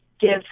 give